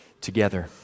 together